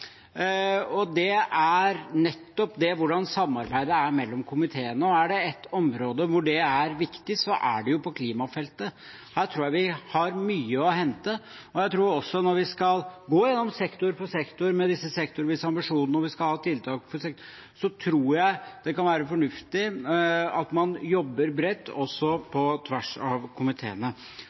og det gjelder samarbeidet mellom komiteene. Er det ett område der det er viktig, er det på klimafeltet. Her tror jeg vi har mye å hente. Jeg tror også, når vi skal gå igjennom sektor for sektor med de sektorvise ambisjonene og finne tiltak, at det kan være fornuftig at man jobber bredt også på tvers av komiteene.